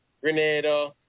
Grenada